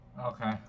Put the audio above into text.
Okay